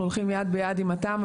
אנחנו הולכים יד ביד עם התמ"א,